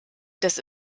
des